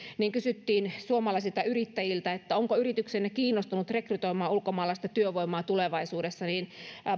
niin kun kysyttiin suomalaisilta yrittäjiltä onko yrityksenne kiinnostunut rekrytoimaan ulkomaalaista työvoimaa tulevaisuudessa niin